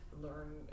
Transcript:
learn